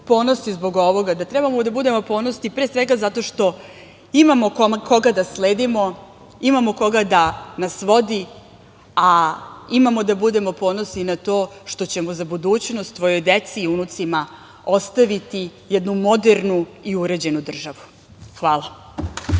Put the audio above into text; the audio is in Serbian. ponosni zbog ovoga, da trebamo da budemo ponosni, pre svega, zato što imao koga da sledimo, imamo koga da nas vodi, a imamo da budemo ponosni i na to što ćemo za budućnost svojoj deci i unucima ostaviti jednu modernu i uređenu državu. Hvala.